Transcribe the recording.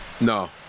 No